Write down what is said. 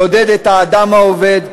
לעודד את האדם העובד,